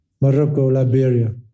Morocco-Liberia